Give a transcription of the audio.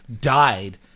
died